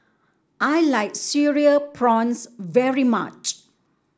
I like Cereal Prawns very much